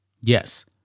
Yes